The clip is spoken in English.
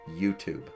YouTube